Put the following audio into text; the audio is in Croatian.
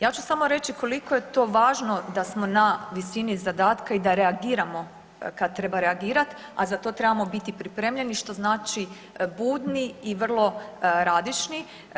Ja ću samo reći koliko je to važno da smo na visini zadatka i da reagiramo kad treba reagirati, a za to trebamo biti pripremljeni što znači budni i vrlo radišni.